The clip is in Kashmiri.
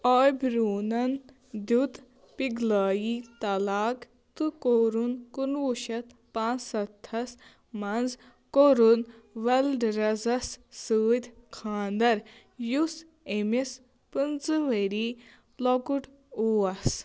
آبروٗنَن دیُت پِگلٲیی طلاق تہٕ کوٚرُن کُنہٕ وُہ شَتھ پانٛژھ سَتھَس منٛز كوٚرُن ولڈٕریزَس سۭتۍ خانٛدَر یُس أمِس پٕنٛژٕ ؤری لۄكُٹ اوس